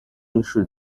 第二十